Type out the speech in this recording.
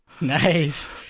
Nice